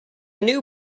new